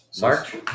March